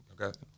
okay